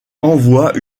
envoie